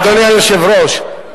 אדוני היושב-ראש,